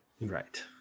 Right